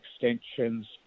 extensions